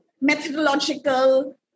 methodological